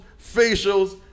facials